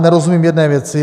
Nerozumím jedné věci.